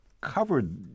covered